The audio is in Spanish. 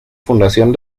fundación